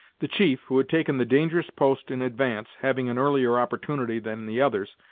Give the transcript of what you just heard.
the chief, who had taken the dangerous post in advance, having an earlier opportunity than the others,